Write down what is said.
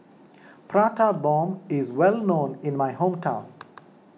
Prata Bomb is well known in my hometown